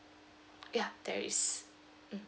ya there is mm